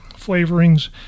flavorings